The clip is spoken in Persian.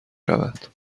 رود